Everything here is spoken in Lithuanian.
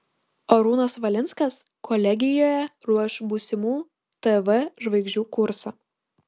arūnas valinskas kolegijoje ruoš būsimų tv žvaigždžių kursą